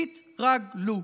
תתרגלו.